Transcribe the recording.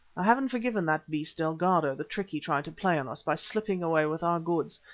i haven't forgiven that beast, delgado, the trick he tried to play on us by slipping away with our goods,